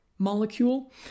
molecule